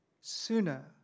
Sooner